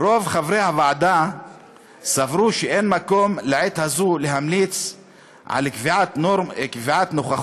"רוב חברי הוועדה סברו שאין מקום לעת הזו להמליץ על קביעת נוכחות